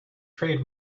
trade